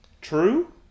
True